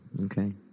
okay